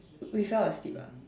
we fell asleep ah